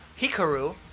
Hikaru